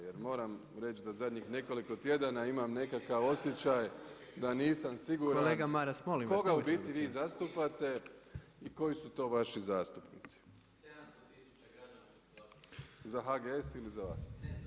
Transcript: Jer moram reći da zadnjih nekoliko tjedana imam nekakav osjećaj da nisam siguran koga u biti vi zastupate i koji su to vaši zastupnici. … [[Upadica se ne čuje.]] Za HGS ili za vas?